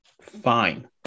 fine